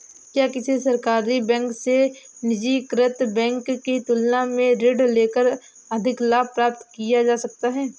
क्या किसी सरकारी बैंक से निजीकृत बैंक की तुलना में ऋण लेकर अधिक लाभ प्राप्त किया जा सकता है?